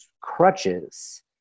crutches